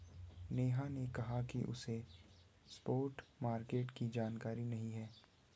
नेहा ने कहा कि उसे स्पॉट मार्केट की जानकारी नहीं है